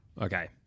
Okay